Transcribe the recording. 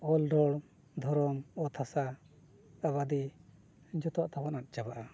ᱚᱞ ᱨᱚᱲ ᱫᱷᱚᱨᱚᱢ ᱚᱛ ᱦᱟᱥᱟ ᱟᱵᱟᱫᱤ ᱡᱚᱛᱚᱣᱟᱜ ᱛᱟᱵᱚᱱ ᱟᱫ ᱪᱟᱵᱟᱜᱼᱟ